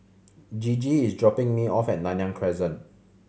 Gigi is dropping me off at Nanyang Crescent